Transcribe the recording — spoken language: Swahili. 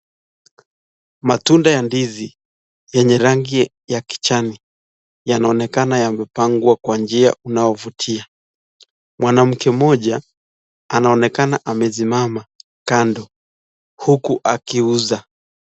Matunda ya ndizi yenye rangi ya kijani yanaonekana yamepangwa kwa njia unayovutia mwanamke mmoja anaonekana amesimama kando huku akiuza.